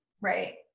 Right